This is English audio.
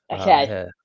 Okay